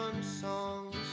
songs